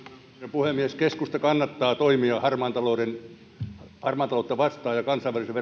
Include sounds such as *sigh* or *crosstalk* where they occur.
puhemies keskusta kannattaa toimia harmaata taloutta vastaan ja kansainvälisen *unintelligible*